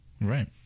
Right